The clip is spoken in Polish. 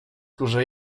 kurze